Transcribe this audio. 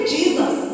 Jesus